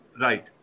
Right